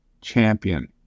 champion